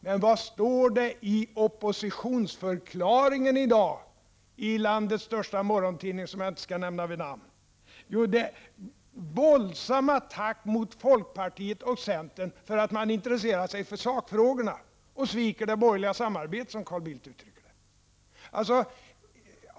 Men vad står det i oppositionsförklaringen i dag, i landets största morgontidning, som jag inte skall nämna vid namn? Jo, en våldsam attack mot folkpartiet och centern för att de intresserat sig för sakfrågorna! De sviker det borgerliga samarbetet, som Carl Bildt uttrycker det.